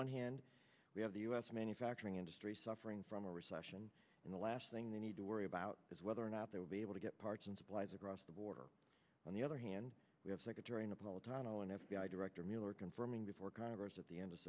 one hand we have the u s manufacturing industry suffering from a recession in the last thing they need to worry about is whether or not they will be able to get parts and supplies across the border on the other hand we have like a during a poll drano an f b i director mueller confirming before congress at the end of